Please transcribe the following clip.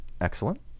Excellent